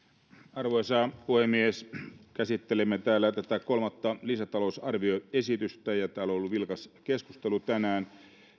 arvoisa puhemies käsittelemme täällä tätä kolmatta lisätalousarvioesitystä ja täällä on ollut vilkas keskustelu tänään